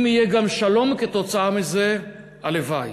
אם יהיה גם שלום כתוצאה מזה, הלוואי.